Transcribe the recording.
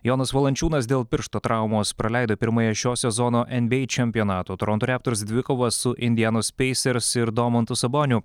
jonas valančiūnas dėl piršto traumos praleido pirmąją šio sezono enbyei čempionato toronto reptors dvikovą su indianos peisers ir domantu saboniu